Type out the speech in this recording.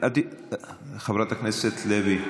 חברת הכנסת לוי,